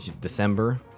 December